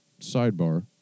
sidebar